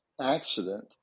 accident